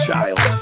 child